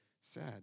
sad